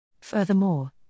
Furthermore